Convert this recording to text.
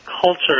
culture